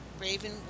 Raven